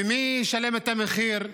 ומי ישלם את המחיר?